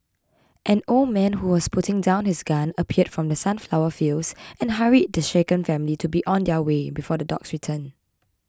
an old man who was putting down his gun appeared from the sunflower fields and hurried the shaken family to be on their way before the dogs return